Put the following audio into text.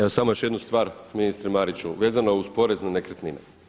Evo samo još jednu stvar ministru Mariću vezano uz porez na nekretnine.